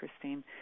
Christine